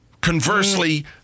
Conversely